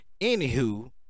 Anywho